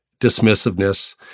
dismissiveness